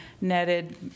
netted